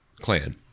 clan